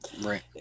right